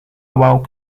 awal